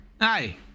hi